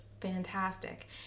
fantastic